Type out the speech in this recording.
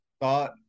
thought